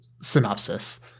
synopsis